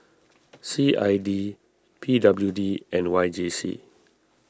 C I D P W D and Y J C